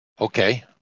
Okay